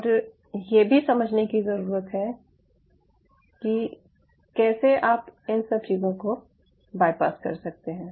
और ये भी समझने की ज़रूरत है कि कैसे आप इन सब चीज़ों को बाईपास कर सकते हैं